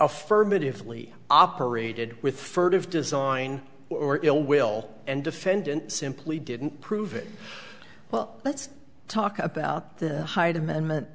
affirmatively operated with furtive design or ill will and defendant simply didn't prove it well let's talk about the hyde amendment